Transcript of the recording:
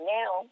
now